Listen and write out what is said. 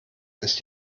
ist